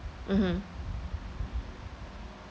mmhmm